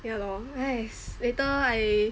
ya lor !hais! later I